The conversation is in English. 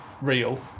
real